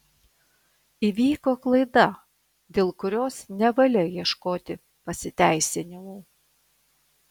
įvyko klaida dėl kurios nevalia ieškoti pasiteisinimų